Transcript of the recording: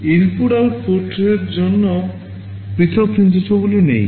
input এবং output জন্য পৃথক নির্দেশাবলী নেই